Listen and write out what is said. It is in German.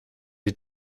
sie